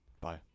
bye